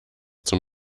zum